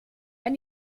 wenn